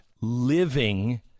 living